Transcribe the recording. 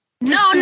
No